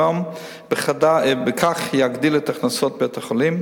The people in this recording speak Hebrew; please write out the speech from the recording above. אותם ובכך יגדיל את הכנסות בית-החולים,